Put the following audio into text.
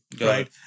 right